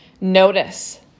notice